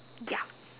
ya